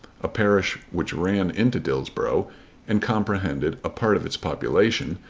a parish which ran into dillsborough and comprehended a part of its population,